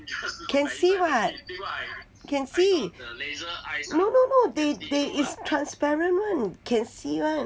can see [what] can see no no no they they is transparent [one] can see [one]